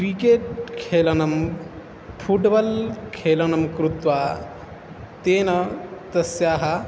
cricket खेलनं football खेलनं कृत्वा तेन तस्याः